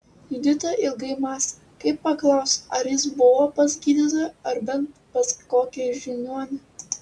judita ilgai mąstė kaip paklausti ar jis buvo pas gydytoją ar bent pas kokį žiniuonį